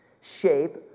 shape